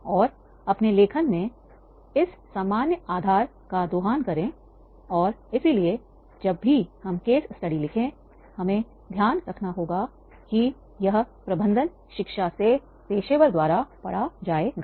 और अपने लेखन में इस सामान्य आधार का दोहन करें और इसलिए जब भी हम केस स्टडी लिखें हमें ध्यान रखना होगा कि यह प्रबंधन शिक्षा से पेशेवर द्वारा पढ़ा जाएगा